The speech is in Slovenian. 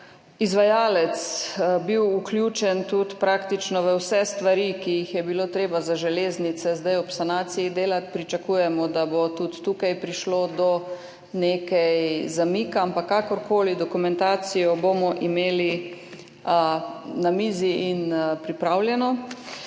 izvajalec vključen praktično tudi v vse stvari, ki jih je bilo treba delati za železnice zdaj ob sanaciji, pričakujemo, da bo tudi tukaj prišlo do nekaj zamika, ampak kakorkoli, dokumentacijo bomo imeli na mizi in pripravljeno.